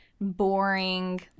boring